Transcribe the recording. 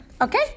Okay